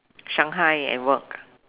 Shanghai at work